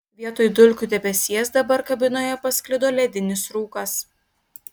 vietoj dulkių debesies dabar kabinoje pasklido ledinis rūkas